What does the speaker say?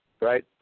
Right